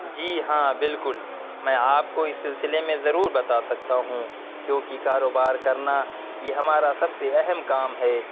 جی ہاں بالکل میں آپ کو اس سلسلے میں ضرور بتا سکتا ہوں کیونکہ کاروبار کرنا یہ ہمارا سب سے اہم کام ہے